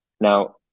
Now